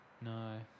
No